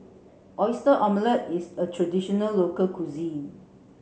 Oyster Omelette is a traditional local cuisine